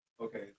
Okay